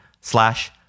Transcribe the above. slash